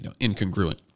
incongruent